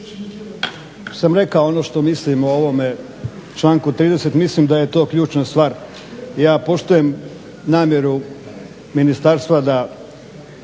sam rekao ono što mislim o ovome članku 30. Mislim da je to ključna stvar i ja poštujem namjeru ministarstva da